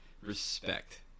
respect